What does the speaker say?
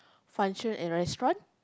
function a restaurant